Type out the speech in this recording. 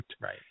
Right